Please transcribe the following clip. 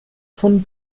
von